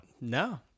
No